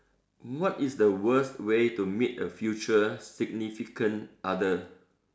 what is the worst way to meet a future significant other